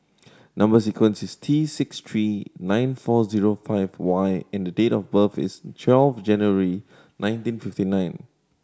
number sequence is T six three nine four five Y and the date of birth is twelve January nineteen fifty nine